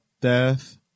death